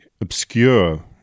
obscure